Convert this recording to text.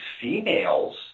females